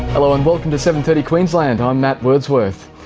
hello and welcome to seven. thirty queensland. i'm matt wordsworth.